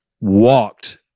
walked